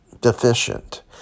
deficient